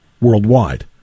worldwide